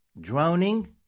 Drowning